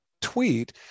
tweet